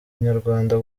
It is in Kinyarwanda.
nyarwanda